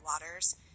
waters